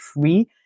free